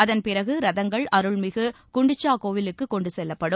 அதன் பிறகு ரதங்கள் அருள்மிகு குண்டிச்சா கோவிலுக்கு கொண்டு செல்லப்படும்